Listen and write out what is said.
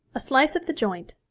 a slice of the joint,